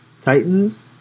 Titans